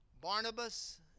Barnabas